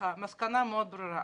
המסקנה היא מאוד ברורה.